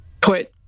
put